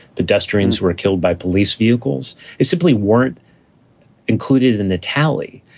pedestrians were killed by police vehicles it simply weren't included in the tally.